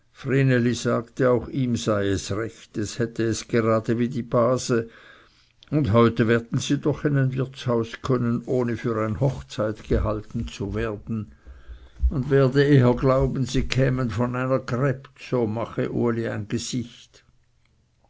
sagte auch ihm sei es recht es hätte es gerade wie die base und heute werden sie doch in ein wirtshaus können ohne für ein hochzeit gehalten zu werden man werde eher glauben sie kämen von einer gräbt so mache uli ein gesicht